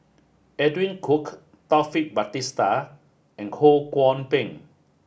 Edwin Koek Taufik Batisah and Ho Kwon Ping